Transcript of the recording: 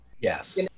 Yes